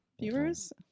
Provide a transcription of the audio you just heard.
Viewers